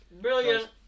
Brilliant